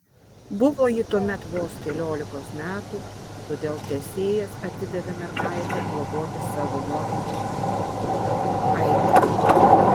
buvo ji tuomet vos keliolikos metų todėl tesėjas atidavė mergaitę globoti savo motinai aitrai